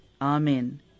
Amen